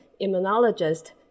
immunologist